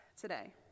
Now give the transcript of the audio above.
today